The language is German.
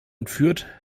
entführt